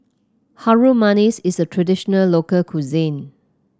Harum Manis is a traditional local cuisine